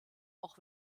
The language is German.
auch